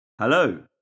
Hello